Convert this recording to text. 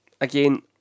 again